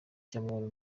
cy’amahoro